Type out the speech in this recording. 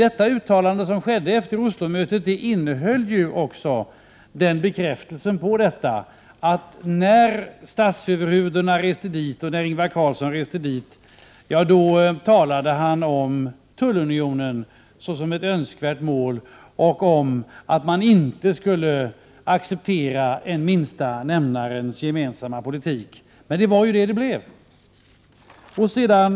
Det uttalande som gjordes efter Oslomötet var ju också en bekräftelse i detta sammanhang. Statsöverhuvuden reste till Oslo, så även Ingvar Carlsson. Han talade om tullunionen såsom ett önskvärt mål och sade att man inte skulle acceptera en politikens minsta gemensamma nämnare. Men det är ju vad som skedde.